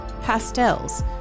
pastels